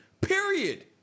period